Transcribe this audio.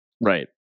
Right